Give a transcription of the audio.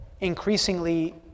increasingly